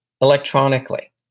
electronically